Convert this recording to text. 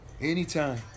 Anytime